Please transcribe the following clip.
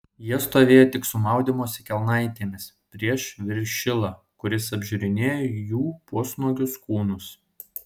jie stovėjo tik su maudymosi kelnaitėmis prieš viršilą kuris apžiūrinėjo jų pusnuogius kūnus